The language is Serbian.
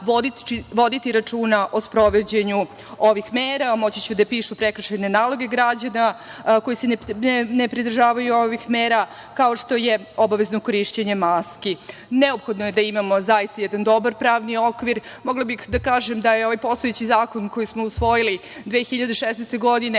voditi računa o sprovođenju ovih mera, moći će da pišu prekršajne naloge građanima koji se ne pridržavaju ovih mera, kao što je obavezno korišćenje maski. Neophodno je da imamo zaista jedan dobar pravni okvir. Mogla bih da kažem da je ovaj postojeći zakon koji smo usvojili 2016. godine